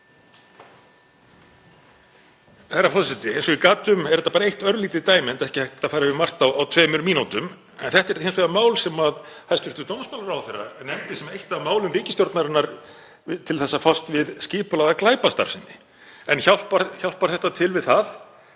þetta er hins vegar mál sem hæstv. dómsmálaráðherra nefndi sem eitt af málum ríkisstjórnarinnar til að fást við skipulagða glæpastarfsemi. En hjálpar þetta til við það?